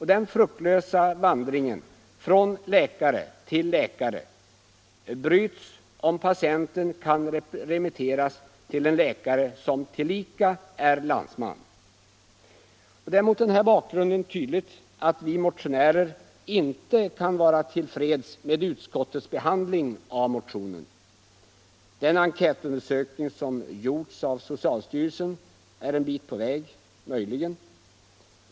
Den fruktlösa vandringen från läkare till läkare bryts, om patienten kan remitteras till en läkare som tillika är patientens landsman. Det är mot denna bakgrund tydligt att vi motionärer inte kan vara till freds med utskottets behandling av motionen. Den enkätundersökning som gjorts av socialstyrelsen är en bit på vägen — möjligen.